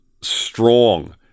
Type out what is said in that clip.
strong